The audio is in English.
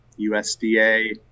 USDA